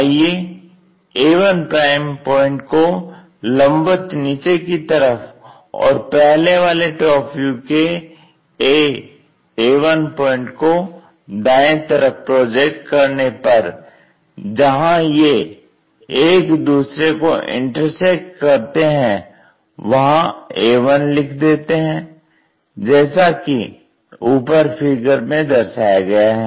आइए a1 point को लंबवत नीचे की तरफ और पहले वाले TV के a प्वाइंट को दाएं तरफ प्रोजेक्ट करने पर जहां ये एक दूसरे को इंटरसेक्ट करते हैं वहां a1 लिख देते हैं जैसा कि ऊपर फिगर में दर्शाया गया है